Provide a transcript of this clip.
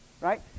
right